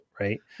Right